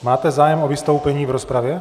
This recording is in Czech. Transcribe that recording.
Máte zájem o vystoupení v rozpravě?